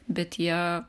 bet jie